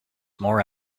more